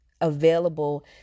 available